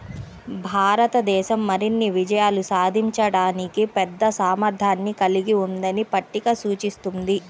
భారతదేశం మరిన్ని విజయాలు సాధించడానికి పెద్ద సామర్థ్యాన్ని కలిగి ఉందని పట్టిక సూచిస్తుంది